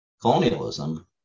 colonialism